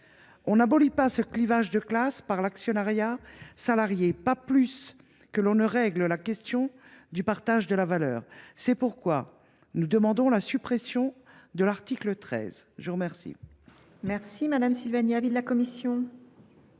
On n’abolit pas ce clivage de classe par l’actionnariat salarié, pas plus que l’on ne règle la question du partage de la valeur. C’est pourquoi nous demandons la suppression de l’article 13. Quel est l’avis de la commission ?